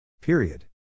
Period